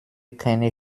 keine